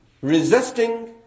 resisting